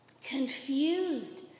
confused